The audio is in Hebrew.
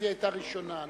אדוני היושב-ראש, אני